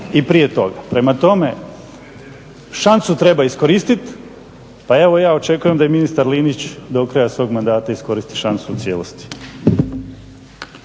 i prije toga. Prema tome, šansu treba iskoristiti pa evo ja očekujem da i ministar Linić do kraja svog mandata iskoristi šansu u cijelosti.